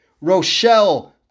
Rochelle